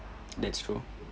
that's true